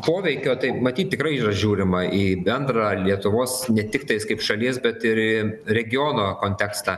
poreikio tai matyt tikrai yra žiūrima į bendrą lietuvos ne tiktais kaip šalies bet ir į regiono kontekstą